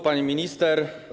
Pani Minister!